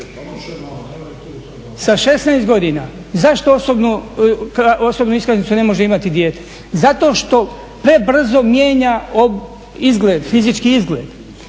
sa 16 godina, zašto osobnu iskaznicu ne može imati dijete? Zato što prebrzo mijenja izgled, fizički izgled